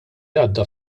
għadda